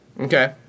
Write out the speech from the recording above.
Okay